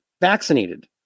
vaccinated